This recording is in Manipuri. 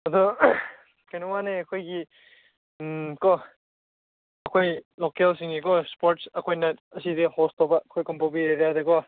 ꯑꯗꯨ ꯀꯩꯅꯣ ꯋꯥꯅꯦ ꯑꯩꯈꯣꯏꯒꯤ ꯀꯣ ꯑꯩꯈꯣꯏ ꯂꯣꯀꯦꯜꯁꯤꯡꯒꯤꯀꯣ ꯏꯁꯄꯣꯔꯠꯁ ꯑꯩꯈꯣꯏꯅ ꯑꯁꯤꯗ ꯍꯣꯁ ꯇꯧꯕ ꯑꯩꯈꯣꯏ ꯀꯥꯡꯄꯣꯛꯄꯤ ꯑꯦꯔꯤꯌꯥꯗꯀꯣ